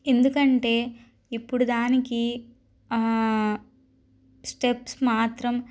ఎందుకంటే ఇప్పుడు దానికి స్టెప్స్ మాత్రం